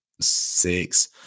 six